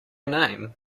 name